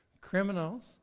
criminals